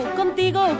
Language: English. contigo